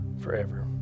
forever